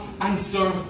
answer